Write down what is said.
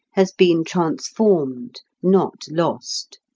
has been transformed, not lost.